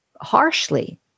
harshly